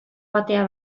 joatea